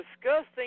disgusting